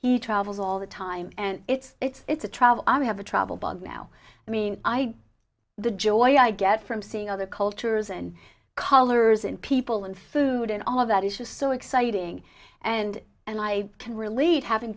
he travels all the time and it's a travel i have a travel bug now i mean i the joy i get from seeing other cultures and colors and people and food and all of that is just so exciting and and i can relate having